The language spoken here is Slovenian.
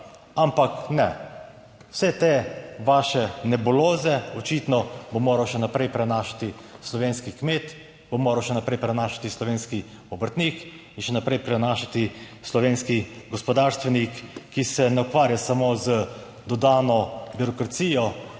Ampak ne, vse te vaše nebuloze očitno bo moral še naprej prenašati slovenski kmet, bo moral še naprej prenašati slovenski obrtnik in še naprej prenašati slovenski gospodarstvenik, ki se ne ukvarja samo z dodano birokracijo